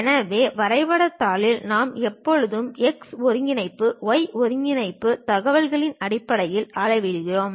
எனவே வரைதல் தாளில் நாம் எப்போதும் x ஒருங்கிணைப்பு y ஒருங்கிணைப்பு தகவல்களின் அடிப்படையில் அளவிடுகிறோம்